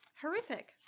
horrific